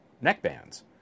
neckbands